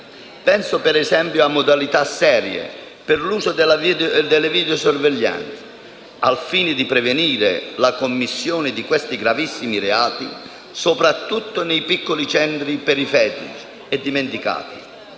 Penso per esempio a modalità serie per l'uso della videosorveglianza al fine di prevenire la commissione di questi gravissimi reati soprattutto nei piccoli centri, periferici e dimenticati.